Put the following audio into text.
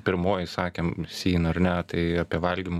pirmoji sakėm syn ar ne tai apie valgymo